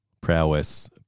Prowess